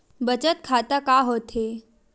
बचत खाता का होथे?